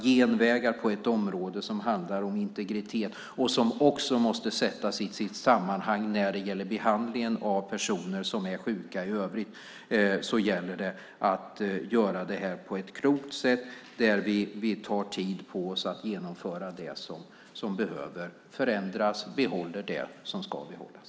Genvägar på ett område som handlar om integritet tror jag inte på. Frågan måste sättas in i dess rätta sammanhang när det gäller behandling av personer som är sjuka, och då gäller det att göra det på ett klokt sätt, ta tid på sig vid genomförandet av det som behöver förändras, och behålla det som ska behållas.